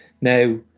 now